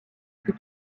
fut